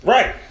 Right